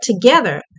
together